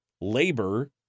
labor